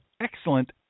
excellent